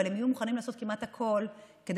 אבל הם יהיו מוכנים לעשות כמעט הכול כדי